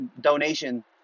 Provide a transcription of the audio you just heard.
donation